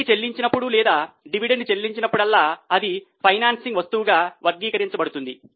వడ్డీ చెల్లించినప్పుడు లేదా డివిడెండ్ చెల్లించినప్పుడల్లా అది ఫైనాన్సింగ్ వస్తువుగా వర్గీకరించబడుతుంది